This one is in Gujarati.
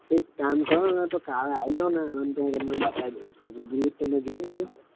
એક કામ કરોને તો કાલે આવી જાવને આણંદ તો હું તમને બતાવી દઉ છું રૂબરૂ જ તમે જોઈ લો ને